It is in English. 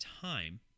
time